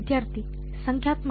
ವಿದ್ಯಾರ್ಥಿ ಸಂಖ್ಯಾತ್ಮಕ